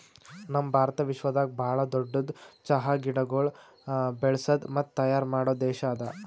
ನಮ್ ಭಾರತ ವಿಶ್ವದಾಗ್ ಭಾಳ ದೊಡ್ಡುದ್ ಚಹಾ ಗಿಡಗೊಳ್ ಬೆಳಸದ್ ಮತ್ತ ತೈಯಾರ್ ಮಾಡೋ ದೇಶ ಅದಾ